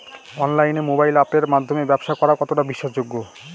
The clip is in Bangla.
অনলাইনে মোবাইল আপের মাধ্যমে ব্যাবসা করা কতটা বিশ্বাসযোগ্য?